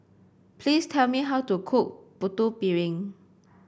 please tell me how to cook Putu Piring